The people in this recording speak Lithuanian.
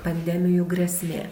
pandemijų grėsmė